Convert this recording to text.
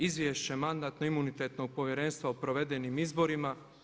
Izvješće Mandatno-imunitetnog povjerenstva o provedenim izborima.